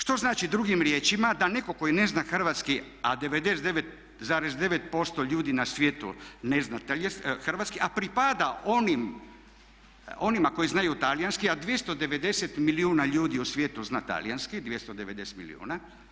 Što znači drugim riječima da netko tko ne zna hrvatski a 99,9% ljudi na svijetu ne zna hrvatski a pripada onima koji znaju talijanski, a 290 milijuna ljudi u svijetu zna talijanski, 290 milijuna.